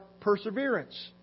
perseverance